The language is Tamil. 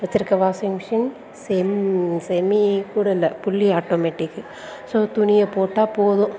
வச்சிருக்க வாஷிங்மெஷின் செம் செமி கூட இல்லை ஃபுல்லி ஆட்டோமேட்டிக் ஸோ துணியை போட்டால் போதும்